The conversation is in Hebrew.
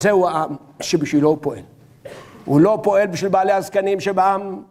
זהו העם שבשבילו הוא פועל. הוא לא פועל בשביל בעלי הזקנים שבעם